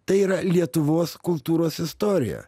tai yra lietuvos kultūros istorija